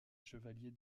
chevalier